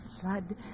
flood